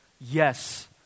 Yes